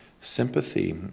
sympathy